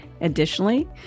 Additionally